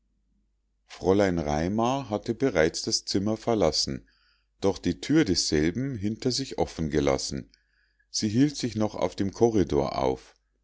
fräulein raimar hatte bereits das zimmer verlassen doch die thür desselben hinter sich offen gelassen sie hielt sich noch auf dem korridor auf